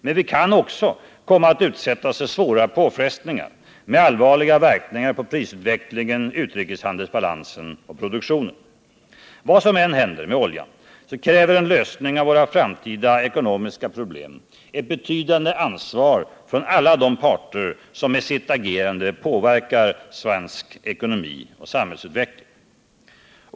Men vi kan också komma att utsättas för svåra påfrestningar, med allvarliga verkningar på prisutvecklingen, utrikeshandelsbalansen och produktionen. Vad som än händer med oljan kräver en lösning av våra framtida ekonomiska problem ett betydande ansvar från alla de parter som med sitt agerande påverkar svensk ekonomi och samhällsutveckling.